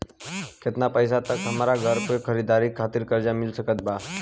केतना पईसा तक हमरा घर खरीदे खातिर कर्जा मिल सकत बा?